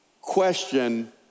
question